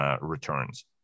returns